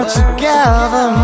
together